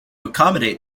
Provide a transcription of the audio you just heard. accommodate